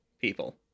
people